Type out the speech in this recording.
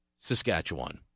Saskatchewan